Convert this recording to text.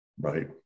right